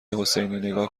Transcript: حسینی، نگاه